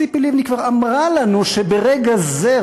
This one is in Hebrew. ציפי לבני כבר אמרה לנו שברגע זה,